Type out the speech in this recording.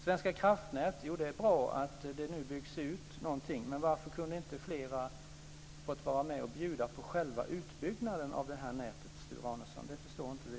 Det är bra att Svenska kraftnät nu byggs ut. Men varför kunde inte flera fått vara med och bjuda på själva utbyggnaden av nätet, Sture Arnesson? Det förstår inte vi.